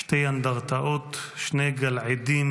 שתי אנדרטאות, שני גַלעֵדים